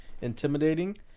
intimidating